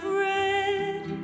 red